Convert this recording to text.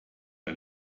der